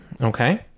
Okay